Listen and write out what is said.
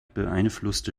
beeinflusste